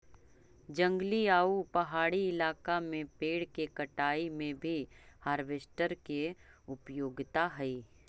जंगली आउ पहाड़ी इलाका में पेड़ के कटाई में भी हार्वेस्टर के उपयोगिता हई